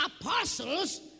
apostles